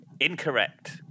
Incorrect